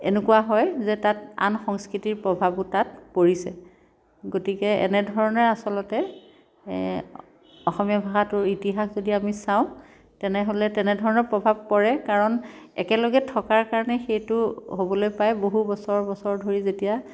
এনেকুৱা হয় যে তাত আন সংস্কৃতিৰ প্ৰভাৱো তাত পৰিছে গতিকে এনে ধৰণেৰে আচলতে অসমীয়া ভাষাটোৰ ইতিহাস যদি আমি চাওঁ তেনেহ'লে তেনে ধৰণৰ প্ৰভাৱ পৰে কাৰণ একেলগে থকাৰ কাৰণে সেইটো হ'বলৈ পাই বহু বছৰ বছৰ ধৰি যেতিয়া